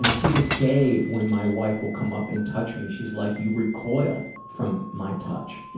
so to this day when my wife will come up and touch me she's like, you recoil from my touch.